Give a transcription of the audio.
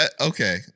Okay